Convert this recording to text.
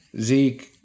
zeke